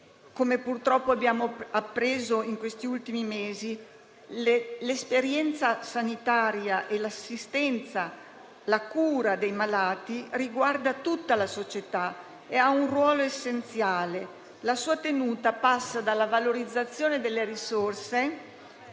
come purtroppo abbiamo appreso in questi ultimi mesi, l'esperienza sanitaria e l'assistenza, la cura dei malati, riguarda tutta la società e ha un ruolo essenziale. La sua tenuta passa dalla valorizzazione delle risorse,